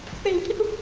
thank you.